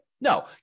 No